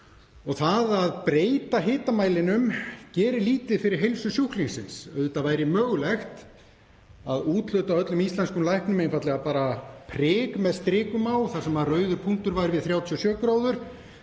Það að breyta hitamælinum gerir lítið fyrir heilsu sjúklingsins. Auðvitað væri mögulegt að úthluta öllum íslenskum læknum einfaldlega priki með strikum á þar sem rauður punktur væri við 37° C.